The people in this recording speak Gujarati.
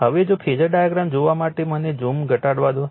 હવે જો ફેઝર ડાયાગ્રામ જોવા માટે મને ઝૂમ ઘટાડવા દો